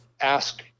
ask